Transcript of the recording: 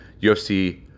UFC